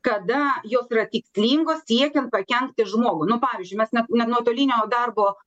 kada jos yra tikslingos siekiant pakenkti žmogui nu pavyzdžiui mes net ne nuotolinio darbo